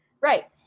Right